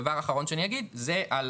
דבר אחרון שאני אגיד זה על